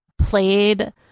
played